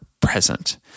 present